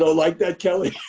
ah like that kelly?